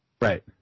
Right